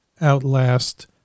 outlast